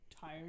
tired